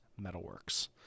Metalworks